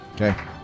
Okay